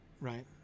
right